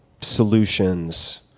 solutions